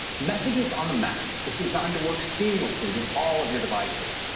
messages on the mac is designed to work seamlessly with all of your devices,